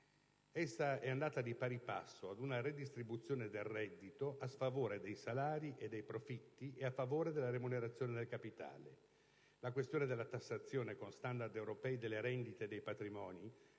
essa è andata di pari passo ad un redistribuzione del reddito a sfavore dei salari e dei profitti e a favore della remunerazione del capitale. La questione della tassazione con standard europei delle rendite e dei patrimoni